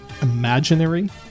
imaginary